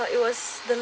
uh it was the